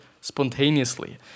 spontaneously